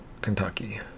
Kentucky